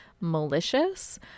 malicious